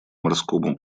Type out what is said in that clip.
морскому